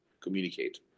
communicate